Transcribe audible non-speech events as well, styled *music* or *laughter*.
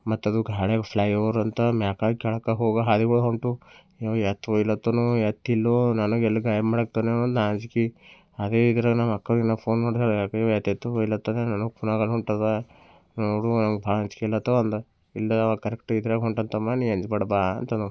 ಮತ್ತು ಅದು ಗಾಡಿಯಾಗ ಫ್ಲೈ ಓವರ್ ಅಂತ ಮ್ಯಾಕ ಕೇಳಕ್ಕೆ ಹೋಗುವ ಹಾದಿಗಳು ಉಂಟು ನೀವು ಏತ್ ಹೋಗ್ಲಾತ್ತಾನ ಎತ್ತಿಲ್ವೋ ನನಗೆ ಎಲ್ಲಿ ಗಾಯ ಮಾಡೋಕೆ ಹಾಕ್ತಾನೋ ನಾನು ಅಂಜಿಕೆ ಅದೇ ಇದ್ರಾಗ ನಮ್ಮ ಅಕ್ಕಗೆ ಫೋನ್ ಮಾಡ್ರಿ *unintelligible* ನಾವು ಕುನಲ್ ಅದೇ ಹೊಂಟಿದೆ ಅವ್ರು ಭಾಳ ಅಂಜಿಕೆಯಲ್ಲಿ ಹತ್ತೋ ಅಂದ ಇಲ್ಲ ಕರೆಕ್ಟ್ ಇದ್ರಾಗ ಹೊಂಟಿದೆ ತಮ್ಮ ನೀನು ಅಂಜಬೇಡ ಬಾ ಅಂತಂದು